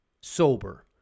sober